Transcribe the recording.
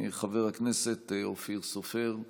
חבר הכנסת אופיר סופר.